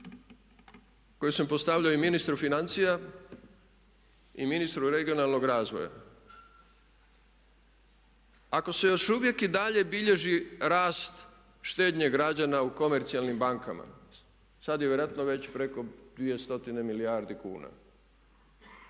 koje sam postavljao i ministru financija i ministru regionalnog razvoja. Ako se još uvijek i dalje bilježi rast štednje građana u komercijalnim bankama, sada je vjerojatno već preko dvije stotine milijardi kuna.